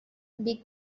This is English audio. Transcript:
big